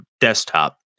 desktop